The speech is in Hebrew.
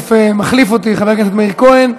תכף מחליף אותי חבר הכנסת מאיר כהן,